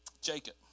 Jacob